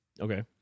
Okay